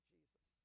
Jesus